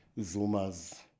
Zuma's